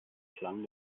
klang